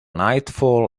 nightfall